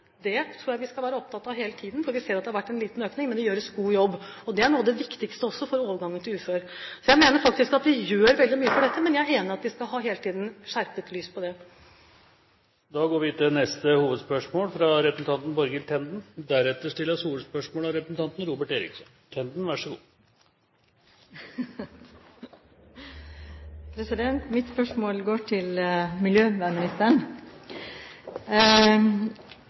vi skal være opptatt av hele tiden, for vi ser at det har vært en liten økning, men det gjøres en god jobb. Det er noe av det viktigste for overgangen til uføretrygd. Jeg mener at vi gjør veldig mye med dette, men jeg er enig i at vi hele tiden skal ha skjerpet søkelys på det. Da går vi videre til neste hovedspørsmål. Mitt spørsmål går til miljøvernministeren. I nasjonalbudsjettet for 2012 finner man en figur på side 95 som viser at CO2-utslippene gikk opp 2,5 millioner tonn, eller 4,8 pst., fra 2009 til